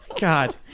God